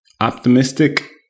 Optimistic